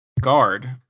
guard